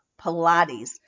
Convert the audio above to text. Pilates